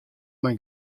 mei